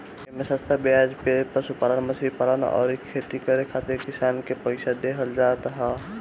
एमे सस्ता बेआज पे पशुपालन, मछरी पालन अउरी खेती करे खातिर किसान के पईसा देहल जात ह